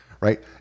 right